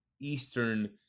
Eastern